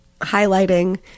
highlighting